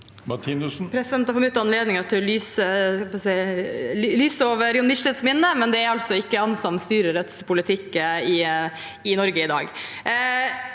Martinussen